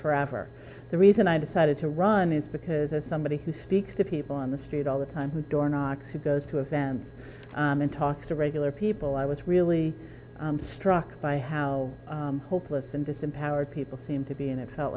forever the reason i decided to run is because as somebody who speaks to people on the street all the time who door knocks who goes to events and talks to regular people i was really struck by how hopeless and disempowered people seemed to be and it felt